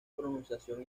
pronunciación